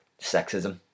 Sexism